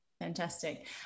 Fantastic